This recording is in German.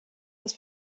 das